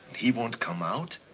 he won't come out?